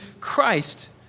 Christ